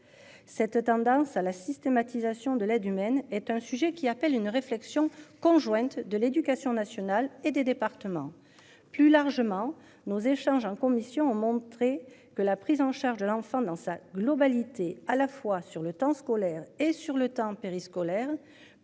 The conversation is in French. Cette tendance à la systématisation de l'aide humaine est un sujet qui appelle une réflexion conjointe de l'éducation nationale et des départements. Plus largement nos échanges en commission, ont montré que la prise en charge de l'enfant dans sa globalité. À la fois sur le temps scolaire et sur le temps périscolaire,